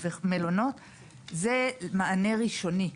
זה מענה ראשוני.